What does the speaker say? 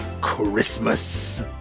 Christmas